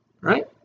Right